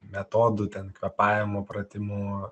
metodų ten kvėpavimo pratimų